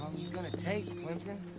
you gonna take, plimpton?